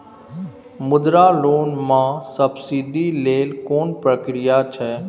मुद्रा लोन म सब्सिडी लेल कोन प्रक्रिया छै?